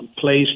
place